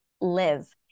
live